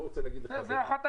לא רוצה להגיד לך במה.